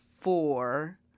four